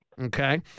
Okay